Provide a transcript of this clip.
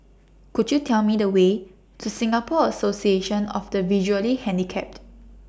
Could YOU Tell Me The Way to Singapore Association of The Visually Handicapped